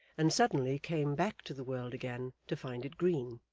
and suddenly came back to the world again, to find it green.